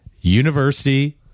University